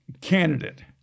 Candidate